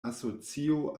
asocio